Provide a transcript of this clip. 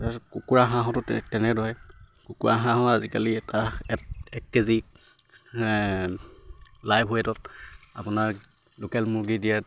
তাৰপিছত কুকুৰা হাঁহতো তেনেদৰে কুকুৰা হাঁহো আজিকালি এটা এক এক কেজি লাইভ ৱেটত আপোনাৰ লোকেল মুৰ্গী দিয়াত